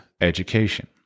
education